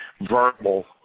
verbal